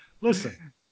listen